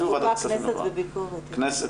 אפילו ועדת כספים --- למה?